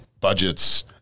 budgets